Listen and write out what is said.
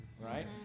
right